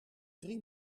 drie